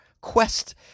quest